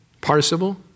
participle